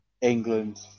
England